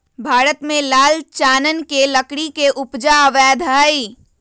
भारत में लाल चानन के लकड़ी के उपजा अवैध हइ